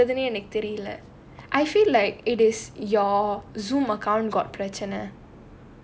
like என்ன பண்றதுனே எனக்கு தெரில:enna pandrathunae therila I feel like it is your Zoom account got பிரச்சன:pirachana